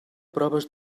proves